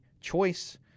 choice